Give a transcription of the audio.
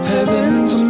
Heaven's